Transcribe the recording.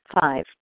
Five